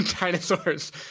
dinosaurs